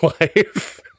life